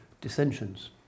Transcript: dissensions